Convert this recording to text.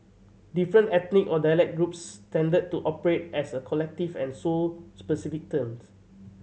different ethnic or dialect groups tended to operate as a collective and sold specific terms